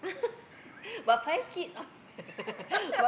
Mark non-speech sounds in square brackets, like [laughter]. [laughs]